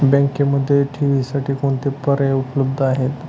बँकेमध्ये ठेवींसाठी कोणते पर्याय उपलब्ध आहेत?